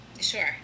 Sure